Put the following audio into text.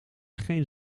geen